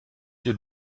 you